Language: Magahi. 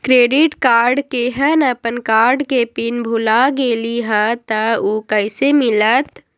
क्रेडिट कार्ड केहन अपन कार्ड के पिन भुला गेलि ह त उ कईसे मिलत?